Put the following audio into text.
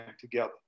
together